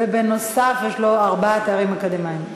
ובנוסף יש לו ארבעה תארים אקדמיים.